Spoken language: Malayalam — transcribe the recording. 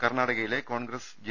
കർണാടകയിലെ കോൺഗ്രസ് ജെ